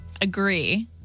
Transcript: Agree